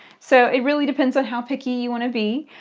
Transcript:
so it really depends on how picky you want to be.